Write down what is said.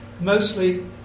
Mostly